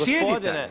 Sjedite.